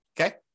okay